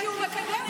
כי הוא מקדם את זה.